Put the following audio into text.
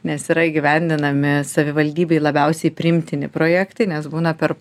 nes yra įgyvendinami savivaldybei labiausiai priimtini projektai nes būna per